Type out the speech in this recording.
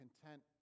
content